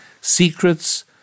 secrets